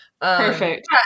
Perfect